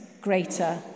greater